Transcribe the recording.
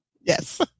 Yes